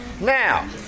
Now